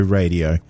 radio